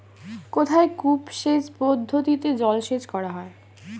কোথায় কূপ সেচ পদ্ধতিতে জলসেচ করা হয়?